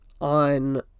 on